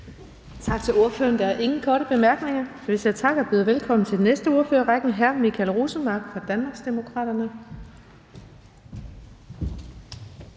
Tak til ordføreren. Der er ingen korte bemærkninger, så vi siger tak og byder velkommen til den næste ordfører i rækken, hr. Michael Rosenmark fra Danmarksdemokraterne.